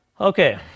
Okay